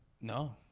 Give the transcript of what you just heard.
No